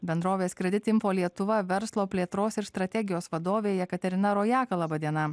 bendrovės kredit info lietuva verslo plėtros ir strategijos vadovė jekaterina rojaka laba diena